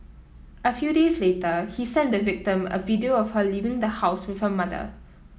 a few days later he sent the victim a video of her leaving the house with her mother